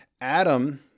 Adam